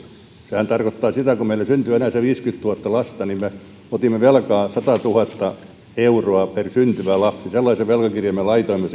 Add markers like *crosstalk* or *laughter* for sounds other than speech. sehän tarkoittaa sitä että kun meillä syntyy enää se viisikymmentätuhatta lasta niin me otimme velkaa satatuhatta euroa per syntyvä lapsi sellaisen velkakirjan me laitoimme *unintelligible*